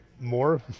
more